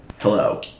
Hello